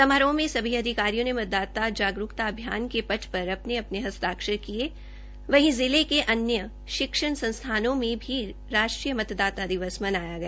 समारोह में सभी अधिकारियों ने मतदाता जागरूकता अभियान के पट्ट पर अपने अपने हस्ताक्षर किए वहीं जिले के अन्य शिक्षण संस्थानों में भी राष्ट्रीय मतदाता दिवस मनाया गया